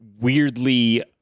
weirdly